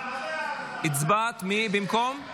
רק